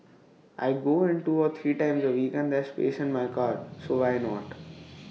I go in two or three times A week and there's space in my car so why not